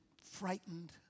frightened